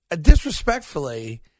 disrespectfully